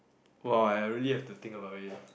!wah! I really have to think about it